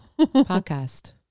podcast